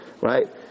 right